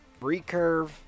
recurve